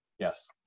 Yes